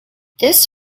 this